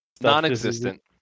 Non-existent